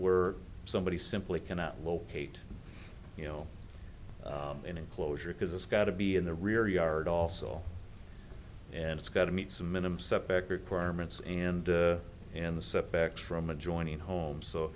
we're somebody simply cannot locate you know an enclosure because it's got to be in the rear yard also and it's got to meet some minimum setback requirements and in the setback from adjoining homes so